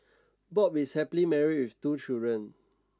Bob is happily married with two children